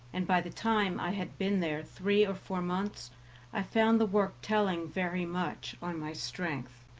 and by the time i had been there three or four months i found the work telling very much on my strength.